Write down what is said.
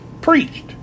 preached